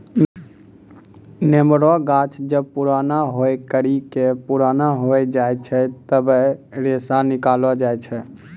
नेमो रो गाछ जब पुराणा होय करि के पुराना हो जाय छै तबै रेशा निकालो जाय छै